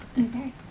Okay